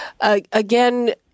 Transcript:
Again